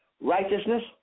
righteousness